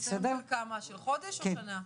ניסיון של כמה, של חודש או שנה?